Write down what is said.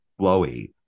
flowy